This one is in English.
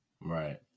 Right